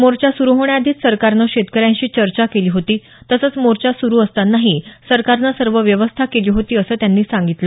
मोर्चा सुरु होण्याआधीच सरकारनं शेतकऱ्यांशी चर्चा केली होती तसंच मोर्चा सुरु असतानाही सरकारनं सर्व व्यवस्था केली होती असं त्यांनी सांगितलं